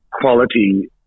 quality